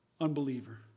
unbeliever